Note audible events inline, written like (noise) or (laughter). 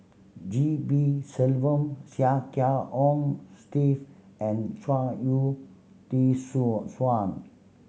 G P Selvam Chia Kiah Hong Steve and Chuang Hui T (unintelligible)